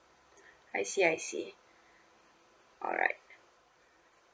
I see I see alright